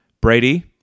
Brady